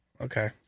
Okay